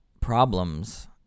problems